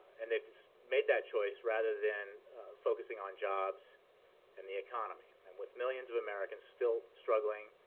and they've made that choice, rather than focusing on jobs and the economy. and with millions of americans still struggling